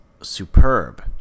superb